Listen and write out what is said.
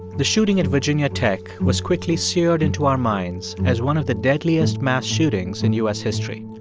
the shooting at virginia tech was quickly seared into our minds as one of the deadliest mass shootings in u s. history.